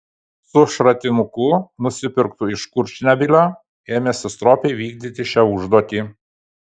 su šratinuku nusipirktu iš kurčnebylio ėmėsi stropiai vykdyti šią užduotį